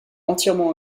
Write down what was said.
entièrement